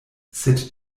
sed